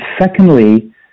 secondly